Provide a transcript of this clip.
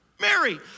Mary